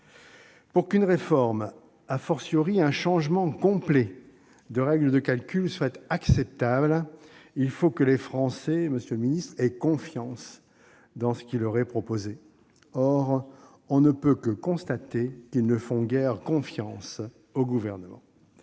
Pour qu'une réforme, un changement complet des règles de calcul, soit acceptable, il faut que les Français aient confiance dans ce qui leur est proposé. Or on ne peut que constater qu'ils ne font guère confiance au Gouvernement.